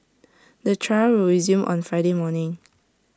the trial will resume on Friday morning